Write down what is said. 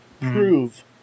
prove